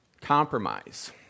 Compromise